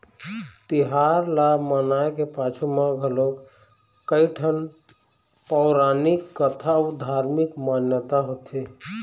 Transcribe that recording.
तिहार ल मनाए के पाछू म घलोक कइठन पउरानिक कथा अउ धारमिक मान्यता होथे